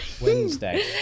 Wednesday